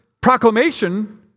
proclamation